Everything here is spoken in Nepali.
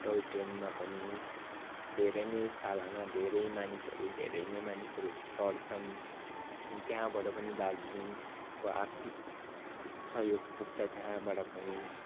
टोय ट्रेनमा पनि धेरै नै सालाना धेरै मानिसहरू धेरै नै मानिसहरू चढ्छन् अनि त्यहाँबाट पनि दार्जिलिङको आर्थिक सहयोग पुग्छ त्यहाँबाट पनि